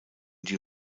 die